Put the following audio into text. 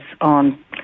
on